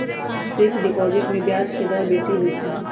fixed deposit में ब्याज के दर बेशी होइ छइ